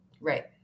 Right